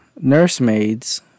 nursemaids